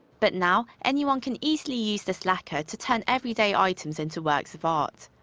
but now, anyone can easily use this lacquer to turn everyday items into works of art.